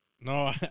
No